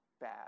bad